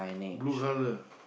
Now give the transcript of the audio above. blue colour